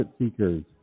seekers